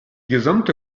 gesamte